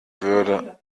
würde